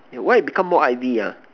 and why you become more I_V ah